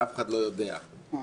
אדוני היושב-ראש,